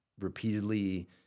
repeatedly